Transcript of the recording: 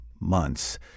months